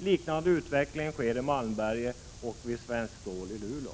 Liknande utveckling sker i Malmberget och vid Svenskt Stål AB i Luleå.